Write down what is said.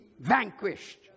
vanquished